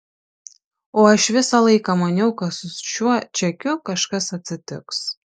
o aš visą laiką maniau kad su šiuo čekiu kažkas atsitiks